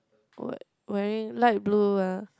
wear wearing light blue ah